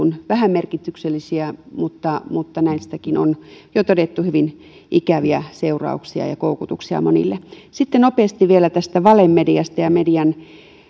vähämerkityksisinä mutta mutta näistäkin on jo todettu hyvin ikäviä seurauksia ja koukutuksia monille sitten nopeasti vielä tästä valemediasta ja median